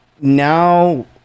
now